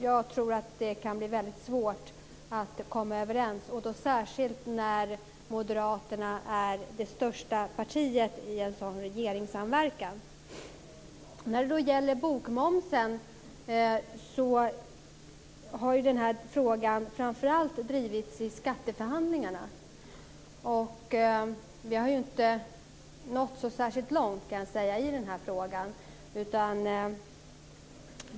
Jag tror att det kan bli väldigt svårt att komma överens, särskilt när Moderaterna är det största partiet i en sådan regeringssamverkan. Frågan om bokmomsen har framför allt drivits i skatteförhandlingarna. Vi har inte nått så långt i den här frågan.